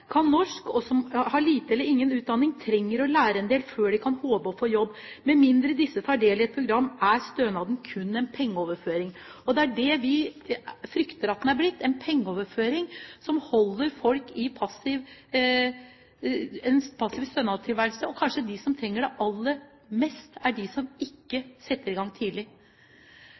kan håpe på å få jobb. Med mindre disse tar del i et program, er stønaden kun en pengeoverføring.» Og det er det vi frykter at den er blitt – en pengeoverføring som holder folk i en passiv stønadstilværelse. Kanskje de som trenger det aller mest, er de som ikke setter i gang tidlig.